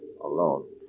Alone